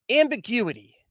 ambiguity